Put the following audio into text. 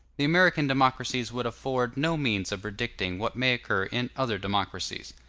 the american democracies would afford no means of predicting what may occur in other democracies.